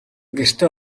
гэртээ